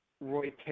Roy